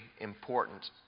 important